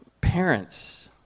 Parents